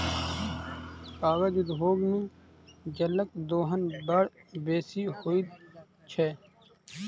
कागज उद्योग मे जलक दोहन बड़ बेसी होइत छै